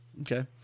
Okay